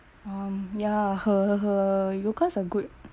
um ya her her yogas are good